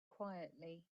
quietly